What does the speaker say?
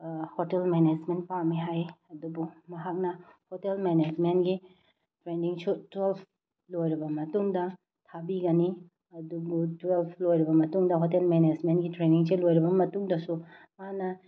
hotel management ꯄꯥꯝꯃꯤ ꯍꯥꯏ ꯑꯗꯨꯕꯨ ꯃꯍꯥꯛꯅ ꯍꯣꯇꯦꯜ ꯃꯦꯅꯦꯖꯃꯦꯟꯒꯤ ꯇ꯭ꯔꯦꯅꯤꯡꯁꯨ ꯇ꯭ꯋꯦꯜꯕ ꯂꯣꯏꯔꯕ ꯃꯇꯨꯡꯗ ꯊꯥꯕꯤꯒꯅꯤ ꯑꯗꯨꯕꯨ ꯇ꯭ꯋꯦꯜꯕ ꯂꯣꯏꯔꯕ ꯃꯇꯨꯡꯗ ꯍꯣꯇꯦꯜ ꯃꯦꯅꯦꯖꯃꯦꯟꯒꯤ ꯇ꯭ꯔꯦꯅꯤꯡꯁꯦ ꯂꯣꯏꯔꯕ ꯃꯇꯨꯡꯗꯁꯨ ꯃꯥꯅ